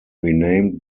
renamed